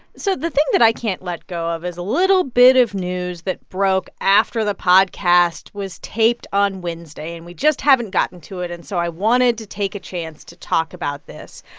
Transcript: so the thing that i can't let go of is a little bit of news that broke after the podcast was taped on wednesday, wednesday, and we just haven't gotten to it. and so i wanted to take a chance to talk about this.